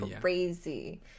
crazy